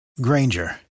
Granger